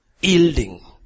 yielding